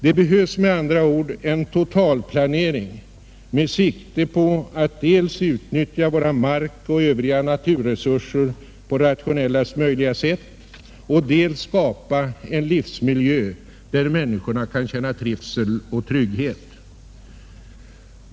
Det behövs med andra ord en totalplanering med sikte på att dels utnyttja våra mark— och övriga naturresurser på rationellast möjliga sätt, dels skapa en livsmiljö, där människorna kan känna trivsel och trygghet.